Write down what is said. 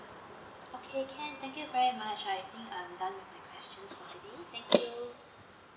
okay can thank you very much I think I'm done with my questions already thank you